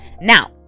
Now